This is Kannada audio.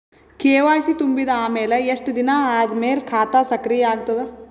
ಕೆ.ವೈ.ಸಿ ತುಂಬಿದ ಅಮೆಲ ಎಷ್ಟ ದಿನ ಆದ ಮೇಲ ಖಾತಾ ಸಕ್ರಿಯ ಅಗತದ?